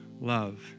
love